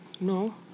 no